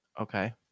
Okay